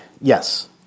yes